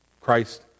Christ